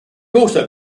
also